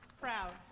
proud